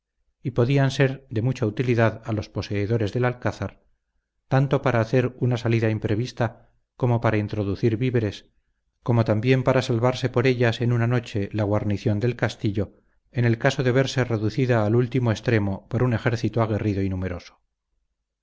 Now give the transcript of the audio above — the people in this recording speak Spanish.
y podían ser de mucha utilidad a los poseedores del alcázar tanto para hacer una salida imprevista como para introducir víveres como también para salvarse por ellas en una noche la guarnición del castillo en el caso de verse reducida al último extremo por un ejército aguerrido y numeroso